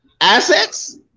assets